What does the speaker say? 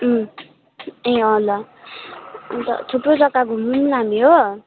ए अँ ल अन्त थुप्रो जग्गा घुमौँ न हामी हो